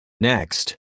Next